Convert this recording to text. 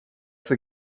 the